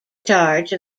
charge